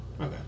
okay